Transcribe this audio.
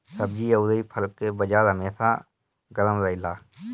सब्जी अउरी फल के बाजार हमेशा गरम रहेला